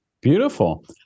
Beautiful